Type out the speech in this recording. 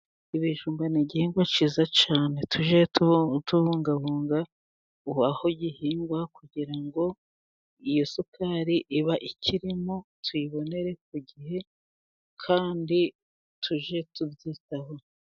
Ibijumba ni igihingwa cyiza cyane, tujye tubungabunga aho gihingwa, kugira ngo iyo sukari iba ikirimo, tuyibonere ku gihe, kandi tujye tubyitaho.